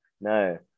no